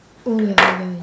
oh ya oh ya